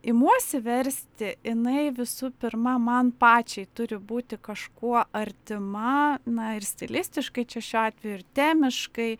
imuosi versti jinai visų pirma man pačiai turi būti kažkuo artima na ir stilistiškai čia šiuo atveju ir temiškai